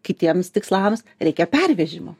kitiems tikslams reikia pervežimo